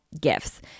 gifts